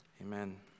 Amen